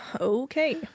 Okay